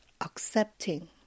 accepting